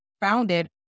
founded